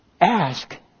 ask